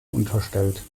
unterstellt